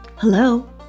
Hello